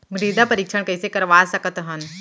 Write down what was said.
मृदा परीक्षण कइसे करवा सकत हन?